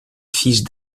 fils